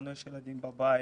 לנו יש ילדים בבית,